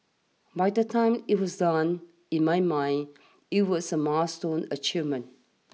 by the time it was done in my mind it was a milestone achievement